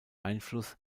einfluss